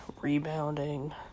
rebounding